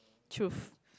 truth